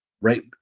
Right